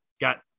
Got